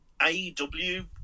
AEW